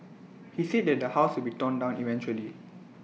he said that the house will be torn down eventually